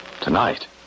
Tonight